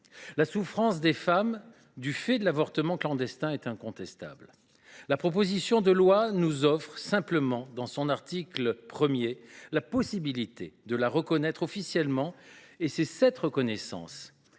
La souffrance des femmes du fait de l’avortement clandestin est incontestable. La présente proposition de loi nous offre simplement, dans son article 1, de la reconnaître officiellement, et c’est cette reconnaissance